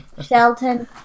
Shelton